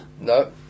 No